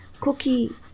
Cookie